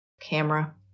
camera